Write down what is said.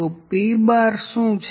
તો P¯ શું છે